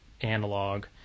analog